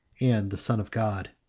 and the son of god.